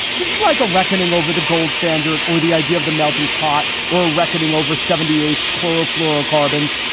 this is like a reckoning over the gold standard or the idea of the melting pot or a reckoning over seventy eighty chlorofluorocarbons,